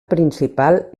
principal